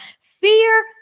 Fear